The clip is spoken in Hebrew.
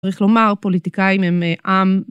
צריך לומר, פוליטיקאים הם עם...